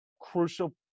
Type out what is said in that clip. crucial